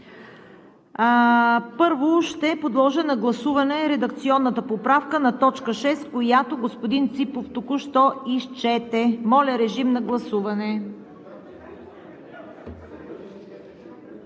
Първо ще подложа на гласуване редакционната поправка на т. 6, която господин Ципов току-що изчете. Гласували